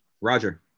Roger